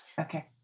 okay